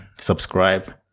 subscribe